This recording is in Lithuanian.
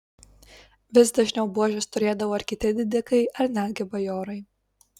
vis dažniau buožes turėdavo ir kiti didikai ar netgi bajorai